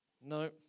No